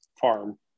farm